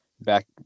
back